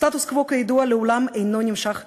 סטטוס קוו, כידוע, לעולם אינו נמשך לנצח.